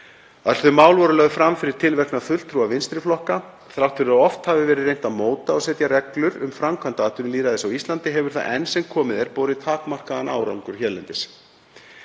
Öll þau mál voru lögð fram fyrir tilverknað fulltrúa vinstri flokka. Þrátt fyrir að oft hafi verið reynt að móta og setja reglur um framkvæmd atvinnulýðræðis á Íslandi hefur það enn sem komið er borið takmarkaðan árangur hérlendis.